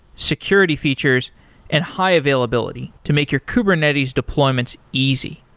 security features and high availability to make your kubernetes deployments easy.